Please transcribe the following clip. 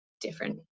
different